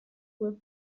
with